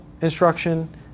instruction